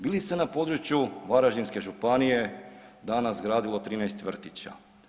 Bi li se na području Varaždinske županije danas gradilo 13 vrtića?